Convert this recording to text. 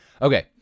okay